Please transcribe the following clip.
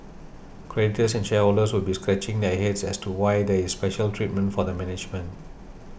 creditors and shareholders would be scratching their heads as to why there is special treatment for the management